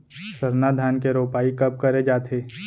सरना धान के रोपाई कब करे जाथे?